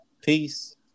Peace